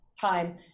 time